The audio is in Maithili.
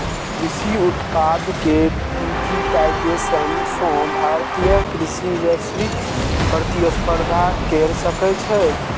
कृषि उत्पाद के डिजिटाइजेशन सं भारतीय कृषि वैश्विक प्रतिस्पर्धा कैर सकै छै